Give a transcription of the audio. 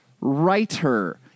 writer